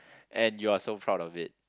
and you're so proud of it